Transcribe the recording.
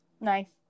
Nice